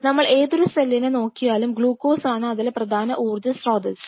നമ്മൾ ഏതൊരു സെല്ലിനെ നോക്കിയാലും ഗ്ലൂക്കോസ് ആണ് അതിലെ പ്രധാന ഊർജ്ജ സ്രോതസ്സ്